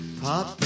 pop